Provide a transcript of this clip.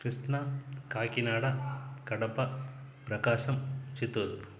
Krishna Kakinada Kadapa Prakasam Chittoor